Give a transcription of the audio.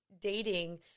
dating